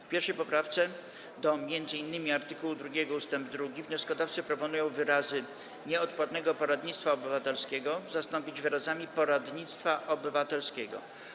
W 1. poprawce do m.in. art. 2 ust. 2 wnioskodawcy proponują wyrazy „nieodpłatnego poradnictwa obywatelskiego” zastąpić wyrazami „poradnictwa obywatelskiego”